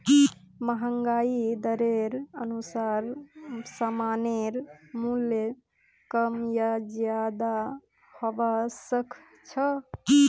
महंगाई दरेर अनुसार सामानेर मूल्य कम या ज्यादा हबा सख छ